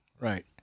right